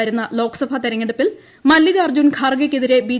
വരുന്ന ലോക്സഭാ തെരഞ്ഞെടുപ്പിൽ മല്ലികാ അർജുൻ ഖാർഗെയ്ക്കെതിരെ ബി